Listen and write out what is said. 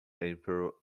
emperor